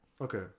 Okay